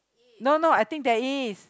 no no I think there is